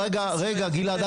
רגע, רגע גלעד.